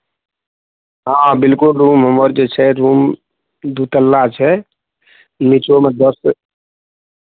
हँ बिलकुल रूम हमर जे छै रूम दू तल्ला छै नीचोमे दस